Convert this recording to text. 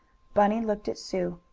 bunny looked at sue,